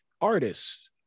artists